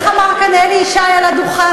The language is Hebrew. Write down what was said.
איך אמר כאן אלי ישי, על הדוכן?